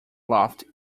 lofty